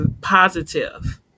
positive